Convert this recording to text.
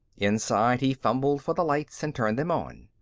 inside, he fumbled for the lights and turned them on.